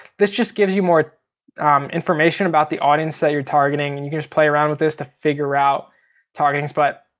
this just gives you more information about the audience that you're targeting. and you can just play around with this to figure out targetings, but